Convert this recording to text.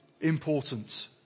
important